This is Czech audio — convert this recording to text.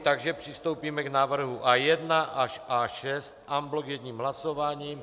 Takže přistoupíme k návrhu A1 až A6 en bloc jedním hlasováním.